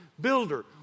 builder